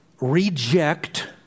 reject